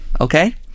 Okay